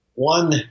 One